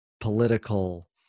political